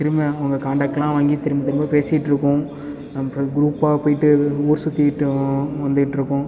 திரும்ப அவங்க காண்டாக்ட்லாம் வாங்கி திரும்ப திரும்ப பேசிட்டிருப்போம் அப்புறம் குரூப்பாக போயிட்டு ஊர் சுற்றிக்கிட்டு வந்துட்டுருப்போம்